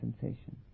sensation